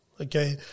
Okay